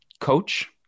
Coach